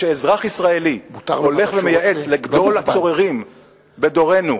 כשאזרח ישראלי הולך ומייעץ לגדול הצוררים בדורנו,